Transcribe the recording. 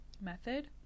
method